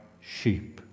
sheep